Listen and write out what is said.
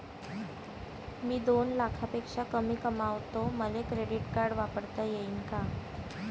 मी दोन लाखापेक्षा कमी कमावतो, मले क्रेडिट कार्ड वापरता येईन का?